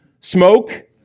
Smoke